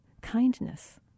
kindness